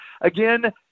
again